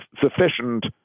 sufficient